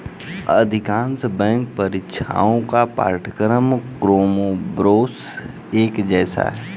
अधिकांश बैंक परीक्षाओं का पाठ्यक्रम कमोबेश एक जैसा है